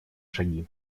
шаги